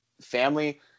family